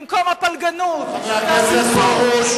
במקום הפלגנות, הסכסוך,